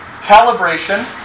calibration